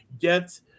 get